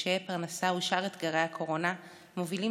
קשיי פרנסה ושאר אתגרי הקורונה מובילים